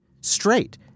straight